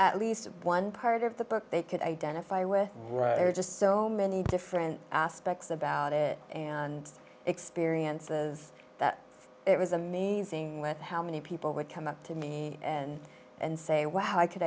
at least one part of the book they could identify with just so many different aspects about it and experiences that it was amazing with how many people would come up to me and say wow i could